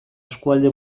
eskualde